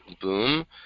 boom